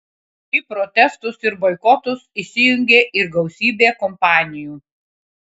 į protestus ir boikotus įsijungė ir gausybė kompanijų